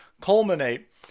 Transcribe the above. culminate